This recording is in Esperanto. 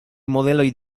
modeloj